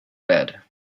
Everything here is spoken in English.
bed